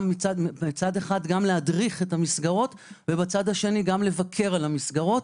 מצד אחד להדריך את המסגרות ומהצד השני גם לבקר על המסגרות.